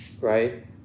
right